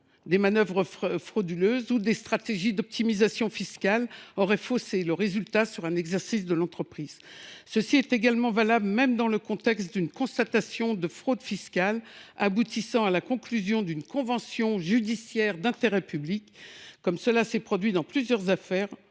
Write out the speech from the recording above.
des manœuvres frauduleuses ou des stratégies d’optimisation fiscale auraient faussé le résultat d’un exercice de l’entreprise. Cette possibilité existerait également dans le contexte d’une constatation de fraude fiscale aboutissant à la conclusion d’une convention judiciaire d’intérêt public (CJIP), comme cela s’est produit dans plusieurs affaires